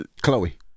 Chloe